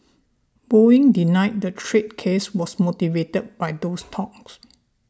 Boeing denied the trade case was motivated by those talks